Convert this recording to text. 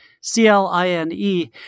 C-L-I-N-E